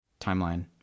timeline